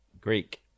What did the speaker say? Greek